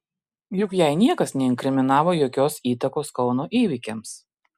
juk jai niekas neinkriminavo jokios įtakos kauno įvykiams